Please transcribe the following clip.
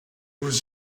was